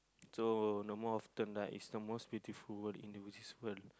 so no more often right is the most beautiful word in the business world